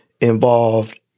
involved